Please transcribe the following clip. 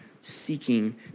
seeking